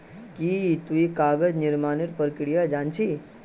की तुई कागज निर्मानेर प्रक्रिया जान छि